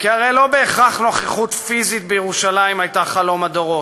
כי הרי לא בהכרח נוכחות פיזית בירושלים הייתה חלום הדורות,